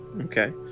Okay